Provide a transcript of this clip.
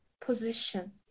position